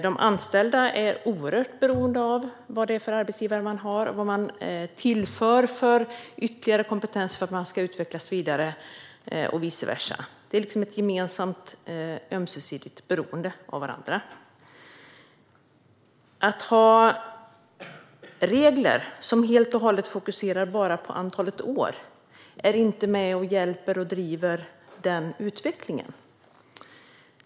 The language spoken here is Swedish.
De anställda är oerhört beroende av vilken arbetsgivare de har och vilka ytterligare kompetenser som tillförs för att man ska utvecklas vidare och vice versa. Det är ett ömsesidigt beroende av varandra. Att ha regler som helt och hållet fokuserar bara på antalet år hjälper och driver inte en sådan utveckling.